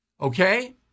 Okay